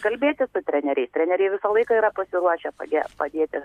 kalbėti su treneriais treneriai visą laiką yra pasiruošę page padėti